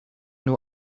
nhw